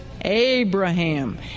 Abraham